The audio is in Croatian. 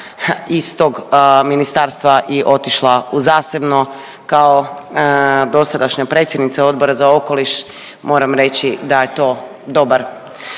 iz tog ministarstva i otišla u zasebno. Kao dosadašnja predsjednica Odbora za okoliš moram reći da je to dobar